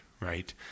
right